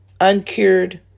uncured